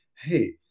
hey